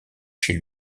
chez